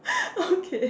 okay